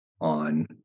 on